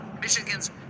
Michigan's